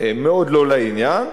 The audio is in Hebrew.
מאוד לא לעניין,